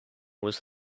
was